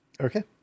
Okay